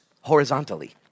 horizontally